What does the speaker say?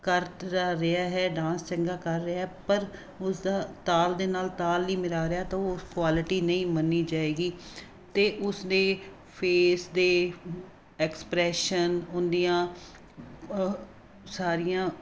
ਕਰ ਟ ਰਿਹਾ ਹੈ ਡਾਂਸ ਚੰਗਾ ਕਰ ਰਿਹਾ ਪਰ ਉਸਦਾ ਤਾਲ ਦੇ ਨਾਲ ਤਾਲ ਨਹੀਂ ਮਿਲਾ ਰਿਹਾ ਤਾਂ ਉਹ ਕੁਆਲਿਟੀ ਨਹੀਂ ਮੰਨੀ ਜਾਵੇਗੀ ਅਤੇ ਉਸਦੇ ਫੇਸ ਦੇ ਐਕਸਪ੍ਰੈਸ਼ਨ ਉਹਦੀਆਂ ਸਾਰੀਆਂ